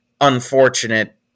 unfortunate